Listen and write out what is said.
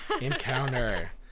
encounter